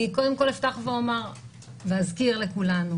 אני קודם כל אזכיר לכולנו,